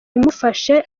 imufashe